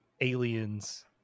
aliens